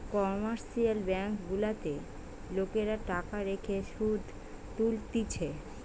commercial bank গুলাতে লোকরা টাকা রেখে শুধ তুলতিছে